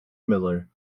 miller